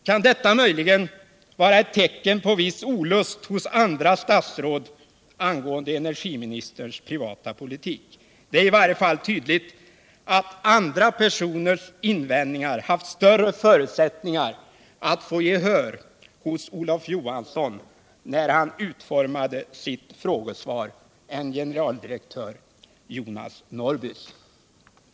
Kan detta möjligen vara ett tecken på viss olust hos andra statsråd angående energiministerns privata politik? Det är i varje fall tydligt att andra personers invändningar haft större förutsättningar att vinna gehör hos Olof Johansson när han utformade sitt frågesvar än generaldirektör Jonas Norrbys.